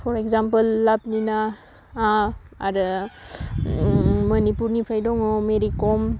four example लाबलिना आरो मानिपुरनिफ्राय दङ मेरिकम